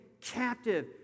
captive